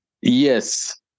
Yes